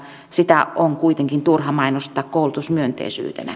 sitä on kuitenkin turha mainostaa koulutusmyönteisyytenä